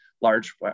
large